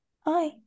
hi